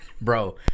Bro